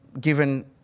given